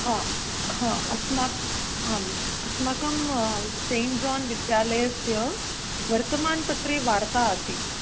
हा हा अस्माकम् अहम् अस्माकं सेञ्ट् जोन् विद्यालयस्य वर्तमानपत्रे वार्ता आसीत्